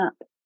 up